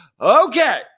okay